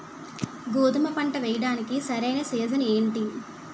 గోధుమపంట వేయడానికి సరైన సీజన్ ఏంటి?